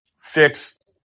fixed